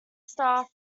staff